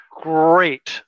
great